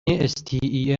stem